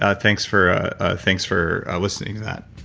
ah thanks for thanks for listening to that